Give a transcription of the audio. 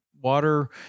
water